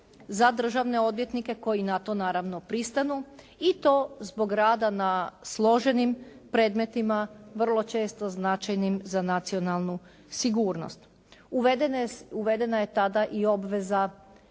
za državne odvjetnike koji na to naravno pristanu i to zbog rada na složenim predmetima, vrlo često značajnim za nacionalnu sigurnost. Uvedena je tada i obveza